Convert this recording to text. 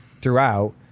throughout